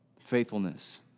faithfulness